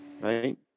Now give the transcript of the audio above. Right